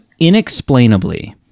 inexplainably